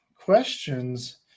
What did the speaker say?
questions